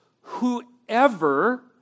Whoever